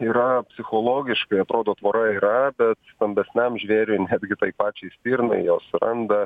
yra psichologiškai atrodo tvora yra bet stambesniam žvėriui netgi tai pačiai stirnai jos suranda